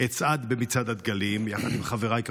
אצעד במצעד הדגלים יחד עם חבריי לסיעה,